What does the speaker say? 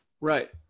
Right